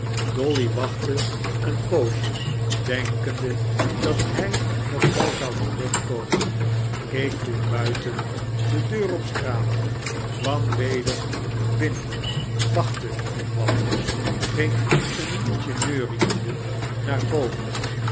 dolly wachtte een poosje denkende dat hij nog wel zou terugkomen keek toen buiten de deur op straat kwam weder binnen wachtte nog wat ging een liedje neuriende naar boven